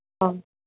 ओं